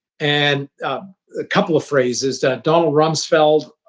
and a couple of phrases donald rumsfeld,